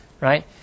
Right